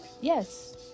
Yes